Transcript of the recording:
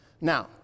Now